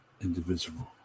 indivisible